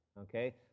okay